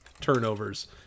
turnovers